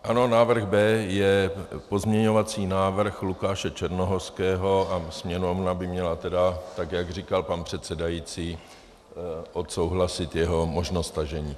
Ano, návrh B je pozměňovací návrh Lukáše Černohorského a Sněmovna by měla tedy, tak jak říkal pan předsedající, odsouhlasit jeho možnost stažení.